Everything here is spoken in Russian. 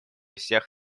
всех